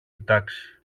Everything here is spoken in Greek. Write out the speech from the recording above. κοιτάξει